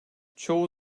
çoğu